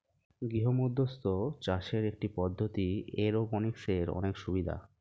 গৃহমধ্যস্থ চাষের একটি পদ্ধতি, এরওপনিক্সের অনেক সুবিধা